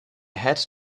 had